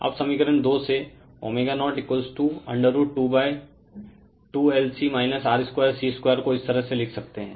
Refer Slide Time 1634 अब समीकरण 2 सेω √22 LC R2 C2 को इस तरह से लिख सकते हैं